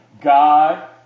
God